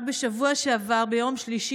רק ביום שלישי